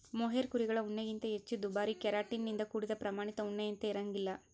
mohair ಕುರಿಗಳ ಉಣ್ಣೆಗಿಂತ ಹೆಚ್ಚು ದುಬಾರಿ ಕೆರಾಟಿನ್ ನಿಂದ ಕೂಡಿದ ಪ್ರಾಮಾಣಿತ ಉಣ್ಣೆಯಂತೆ ಇರಂಗಿಲ್ಲ